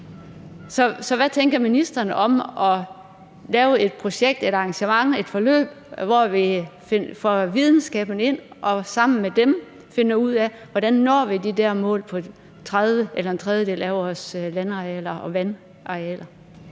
Så hvad tænker ministeren om at lave et projekt, et arrangement eller et forløb, hvor vi får videnskabsfolkene ind og sammen med dem finder ud af, hvordan vi når de der mål på en tredjedel af vores landarealer og vandarealer?